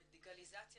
המדיקליזציה,